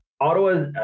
Ottawa